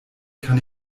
kann